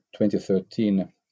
2013